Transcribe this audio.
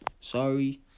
Sorry